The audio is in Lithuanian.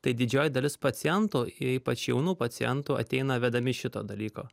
tai didžioji dalis pacientų ypač jaunų pacientų ateina vedami šito dalyko